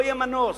לא יהיה מנוס.